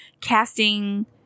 casting